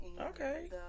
Okay